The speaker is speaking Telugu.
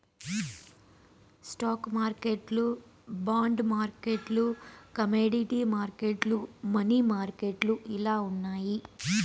స్టాక్ మార్కెట్లు బాండ్ మార్కెట్లు కమోడీటీ మార్కెట్లు, మనీ మార్కెట్లు ఇలా ఉన్నాయి